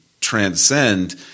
transcend